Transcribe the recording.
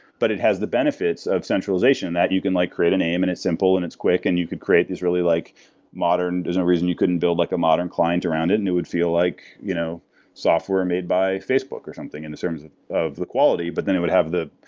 but it has the benefits of centralization that you can like create a name and it's simple and it's quick and you could create these like modern. there's no reason you couldn't build like a modern client around it and it would feel like you know software made by facebook or something in terms of of the quality, but then it would have the